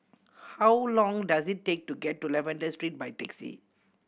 how long does it take to get to Lavender Street by taxi